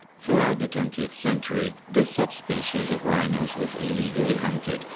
throughout the twentieth century, this subspecies of rhinos was illegaly hunted,